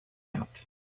out